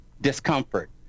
discomfort